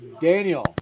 Daniel